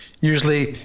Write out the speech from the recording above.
usually